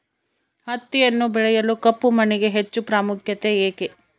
ಹತ್ತಿಯನ್ನು ಬೆಳೆಯಲು ಕಪ್ಪು ಮಣ್ಣಿಗೆ ಹೆಚ್ಚು ಪ್ರಾಮುಖ್ಯತೆ ಏಕೆ?